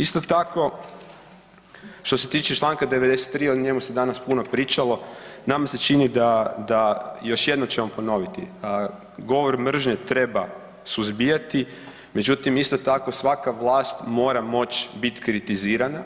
Isto tako što se tiče Članka 93. o njemu se danas puno pričalo, nama se čini da, da, još jednom ćemo ponoviti, govor mržnje treba suzbijati međutim isto tako svaka vlast mora moći biti kritizirana,